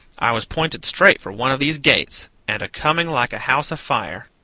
i was pointed straight for one of these gates, and a coming like a house afire.